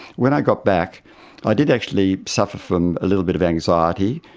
when i got back i did actually suffer from a little bit of anxiety,